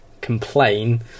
complain